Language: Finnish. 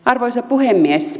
arvoisa puhemies